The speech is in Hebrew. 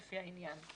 לפי העניין.